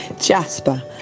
Jasper